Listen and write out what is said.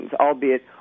albeit